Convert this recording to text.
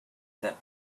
that